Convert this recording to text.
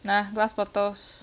嗱